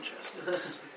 Justice